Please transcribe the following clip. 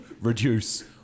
reduce